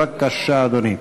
בבקשה, אדוני.